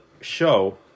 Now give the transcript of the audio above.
show